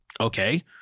Okay